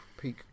peak